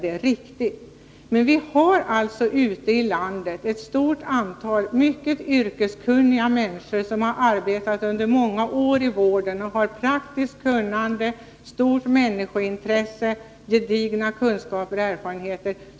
Men ute i landet finns det ett stort antal mycket yrkeskunniga människor, som har arbetat under många år i vården, som har praktiskt kunnande, stort människointresse, gedigna kunskaper och erfarenheter.